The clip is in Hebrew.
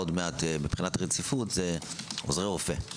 עוד מעט מבחינת רציפות עוזרי רופא.